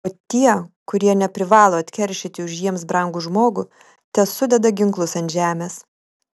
o tie kurie neprivalo atkeršyti už jiems brangų žmogų tesudeda ginklus ant žemės